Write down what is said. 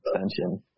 extension